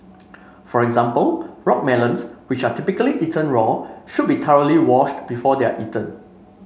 for example rock melons which are typically eaten raw should be thoroughly washed before they are eaten